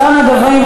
אחרון הדוברים,